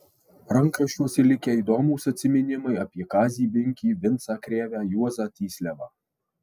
rankraščiuose likę įdomūs atsiminimai apie kazį binkį vincą krėvę juozą tysliavą